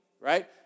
right